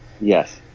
Yes